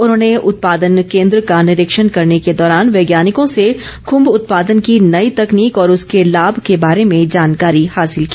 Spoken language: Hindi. उन्होंने उत्पादन केन्द्र का निरीक्षण करने के दौरान वैज्ञानिकों से खुम्ब उत्पादन की नई तकनीक और उसके लाभ के बारे में जानकारी हासिल की